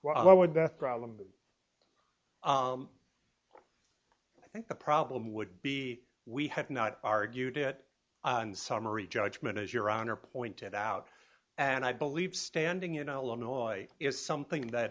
i would death problem i think the problem would be we have not argued it on summary judgment as your honor pointed out and i believe standing in illinois is something that